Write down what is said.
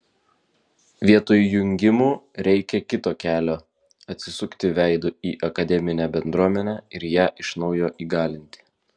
vietoj jungimų reikia kito kelio atsisukti veidu į akademinę bendruomenę ir ją iš naujo įgalinti